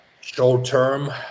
short-term